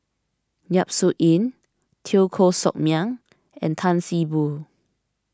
Yap Su Yin Teo Koh Sock Miang and Tan See Boo